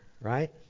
right